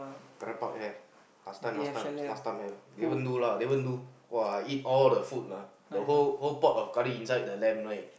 Farrer-Park have last time last time last time have Davon do lah Davon do !wah! I eat all the food lah the whole whole pot of curry inside the lamb right